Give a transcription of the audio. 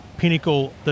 pinnacle